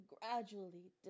gradually